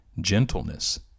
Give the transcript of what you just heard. gentleness